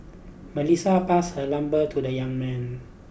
Melissa passed her number to the young man